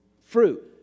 fruit